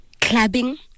clubbing